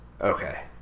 Okay